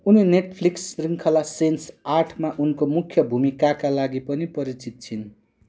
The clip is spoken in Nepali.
उनी नेटफ्लिक्स शृङ्खला सेन्स आठमा उनको मुख्य भूमिकाका लागि पनि परिचित छिन्